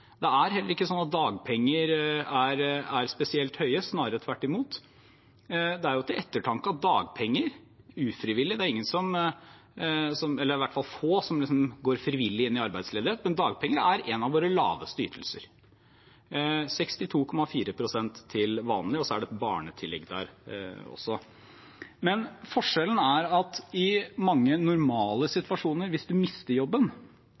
Det er heller ikke slik at dagpenger er spesielt høye, snarere tvert imot. Det er til ettertanke at dagpenger er ufrivillig. Det er ingen – i hvert fall få – som går frivillig inn i arbeidsledighet. Dagpenger er en av våre laveste ytelser, 62,4 pst. til vanlig, og så er det et barnetillegg der også. Forskjellen er at hvis en mister jobben i mange normale situasjoner, vil en f.eks. ha en oppsigelsestid. Selv om man kan miste jobben